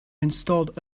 installed